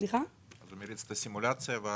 הוא מריץ את הסימולציה.